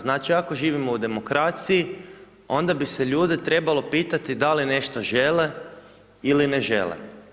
Znači, ako živimo u demokraciji onda bi se ljude trebalo pitati da li nešto žele ili ne žele.